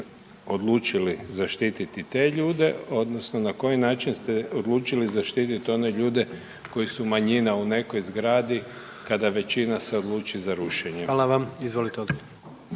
odlučili zaštiti te ljude odnosno na koji način ste odlučili zaštiti one ljude koji su manjina u nekoj zgradi kada većina se odluči za rušenje. **Jandroković, Gordan